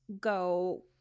go